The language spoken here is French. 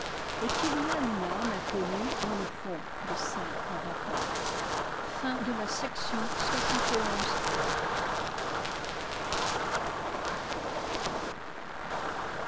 et qu'il y a une âme inconnue dans le fond de celle qu'on raconte chapitre